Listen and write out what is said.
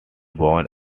bonn